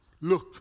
Look